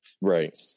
Right